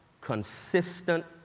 consistent